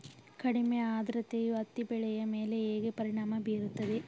ಕಡಿಮೆ ಆದ್ರತೆಯು ಹತ್ತಿ ಬೆಳೆಯ ಮೇಲೆ ಹೇಗೆ ಪರಿಣಾಮ ಬೀರುತ್ತದೆ?